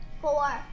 four